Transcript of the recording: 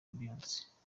beyonce